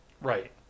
Right